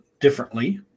differently